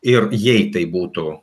ir jei tai būtų